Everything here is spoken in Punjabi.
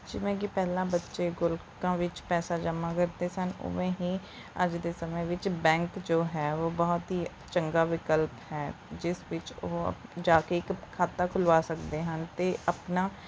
ਜਿਵੇਂ ਕਿ ਪਹਿਲਾਂ ਬੱਚੇ ਗੋਲਕਾਂ ਵਿੱਚ ਪੈਸਾ ਜਮ੍ਹਾਂ ਕਰਦੇ ਸਨ ਓਵੇਂ ਹੀ ਅੱਜ ਦੇ ਸਮੇਂ ਵਿੱਚ ਬੈਂਕ ਜੋ ਹੈ ਉਹ ਬਹੁਤ ਹੀ ਚੰਗਾ ਵਿਕਲਪ ਹੈ ਜਿਸ ਵਿੱਚ ਉਹ ਆਪ ਜਾ ਕੇ ਇੱਕ ਖਾਤਾ ਖੁਲਵਾ ਸਕਦੇ ਹਨ ਅਤੇ ਆਪਣਾ